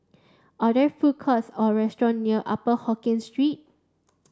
are there food courts or restaurant near Upper Hokkien Street